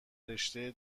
رشته